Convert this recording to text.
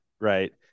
right